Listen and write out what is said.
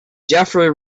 jeffery